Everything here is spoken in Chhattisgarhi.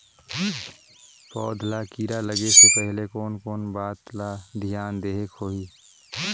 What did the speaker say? पौध ला कीरा लगे से पहले कोन कोन बात ला धियान देहेक होही?